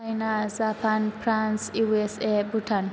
China Japan France USA Bhutan